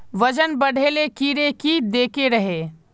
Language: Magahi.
वजन बढे ले कीड़े की देके रहे?